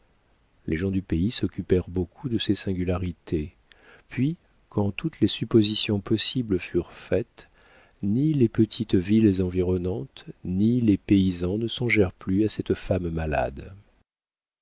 les gens du pays s'occupèrent beaucoup de ses singularités puis quand toutes les suppositions possibles furent faites ni les petites villes environnantes ni les paysans ne songèrent plus à cette femme malade